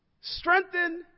Strengthen